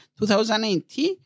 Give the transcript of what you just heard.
2018